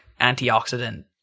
antioxidant